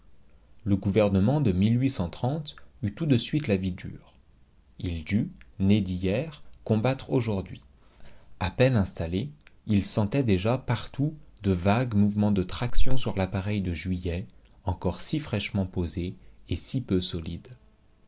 le gouvernement de eut tout de suite la vie dure il dut né d'hier combattre aujourd'hui à peine installé il sentait déjà partout de vagues mouvements de traction sur l'appareil de juillet encore si fraîchement posé et si peu solide